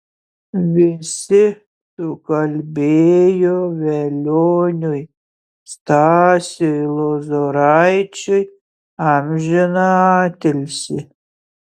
visi sukalbėjo velioniui stasiui lozoraičiui amžiną atilsį